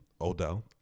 Odell